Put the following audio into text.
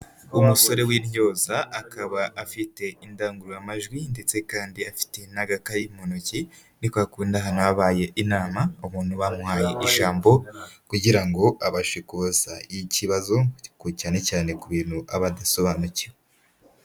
Umusore w'intyoza akaba afite indangururamajwi ndetse kandi afite n'agakayi mu ntoki, ni kwa kundi haba habaye inama umuntu bamuhaye ijambo kugira ngo abashe kubaza ikibazo cyane cyane ku bintu aba adasobanukiwe.